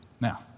Now